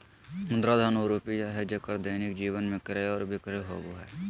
मुद्रा धन के उ रूप हइ जेक्कर दैनिक जीवन में क्रय और विक्रय होबो हइ